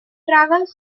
travel